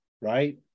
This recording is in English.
right